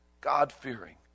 God-fearing